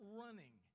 running